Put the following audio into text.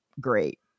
great